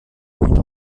und